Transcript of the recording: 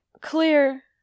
clear